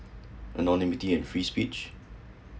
anonymity and free speech